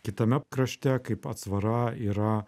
kitame krašte kaip atsvara yra